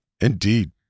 Indeed